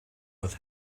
with